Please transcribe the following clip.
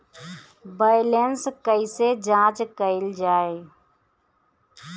Balance कइसे जांच कइल जाइ?